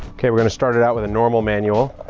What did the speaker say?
okay, we're going to start it out with a normal manual.